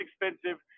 expensive